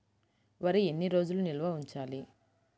వరి ఎన్ని రోజులు నిల్వ ఉంచాలి?